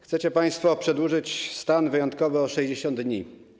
Chcecie państwo przedłużyć stan wyjątkowy o 60 dni.